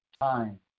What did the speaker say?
time